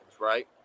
right